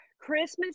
Christmas